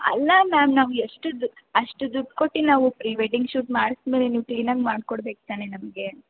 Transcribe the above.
ಅಲ್ಲ ಮ್ಯಾಮ್ ನಾವು ಎಷ್ಟು ದು ಅಷ್ಟು ದುಡ್ದು ಕೊಟ್ಟು ನಾವು ಪ್ರೀ ವೆಡ್ಡಿಂಗ್ ಶೂಟ್ ಮಾಡ್ಸಿದ್ಮೇಲೆ ನೀವು ಕ್ಲೀನಾಗಿ ಮಾಡ್ಕೊಡ್ಬೇಕು ತಾನೇ ನಮಗೆ